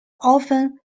often